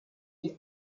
die